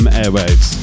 airwaves